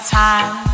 time